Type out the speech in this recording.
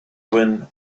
wind